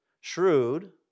shrewd